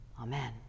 amen